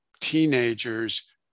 teenagers